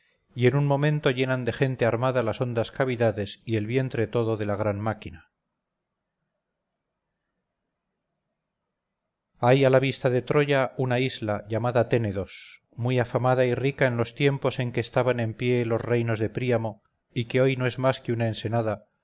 y en un momento llenan de gente armada las hondas cavidades y el vientre todo de la gran máquina hay a la vista de troya una isla llamada ténedos muy afamada y rica en los tiempos en que estaban en pie los reinos de príamo y que hoy no es más que una ensenada